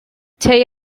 they